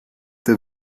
der